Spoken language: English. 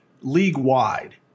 league-wide